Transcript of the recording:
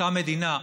אותה מדינה,